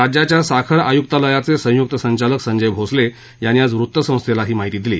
राज्याच्या साखर आयुक्तालयाचे संयुक्त संचालक संजय भोसले यांनी आज वृत्तसंस्थेला ही माहिती दिली